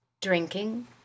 Drinking